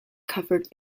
covered